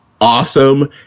awesome